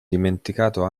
dimenticato